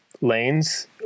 lanes